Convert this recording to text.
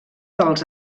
dels